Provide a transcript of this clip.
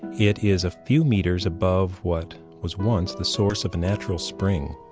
it is a few meters above what was once the source of a natural spring.